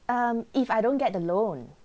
um if I don't get the loan